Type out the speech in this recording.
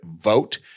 vote